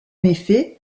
effet